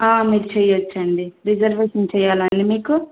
మీరు చెయొచ్చండి రిజర్వేషన్ చెయాలండి మీకు